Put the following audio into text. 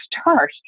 start